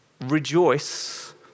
rejoice